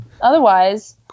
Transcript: otherwise